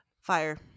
Fire